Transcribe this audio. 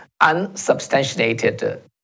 unsubstantiated